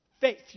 Faith